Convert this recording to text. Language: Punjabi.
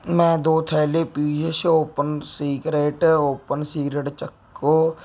ਮੈਂ ਦੋ ਥੈਲੇ piece open secret open secret ਚੱਕੋ